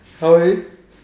how many